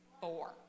four